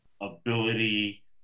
ability